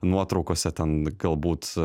nuotraukose ten galbūt